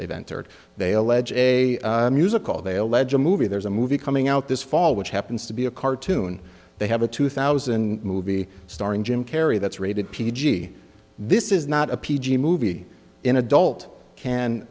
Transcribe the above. they've entered they allege a musical they allege a movie there's a movie coming out this fall which happens to be a cartoon they have a two thousand movie starring jim carrey that's rated p g this is not a p g movie in adult can